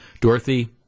Dorothy